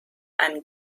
einem